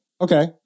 okay